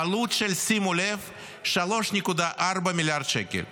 בעלות של, שימו לב, 3.4 מיליארד שקל.